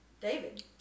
David